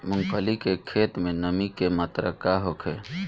मूँगफली के खेत में नमी के मात्रा का होखे?